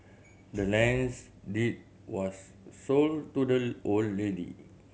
the land's deed was sold to the old lady